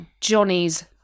Johnny's